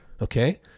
Okay